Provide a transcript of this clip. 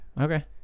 Okay